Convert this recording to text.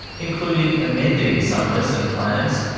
including amending some lesson plans,